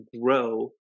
grow